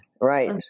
Right